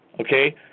okay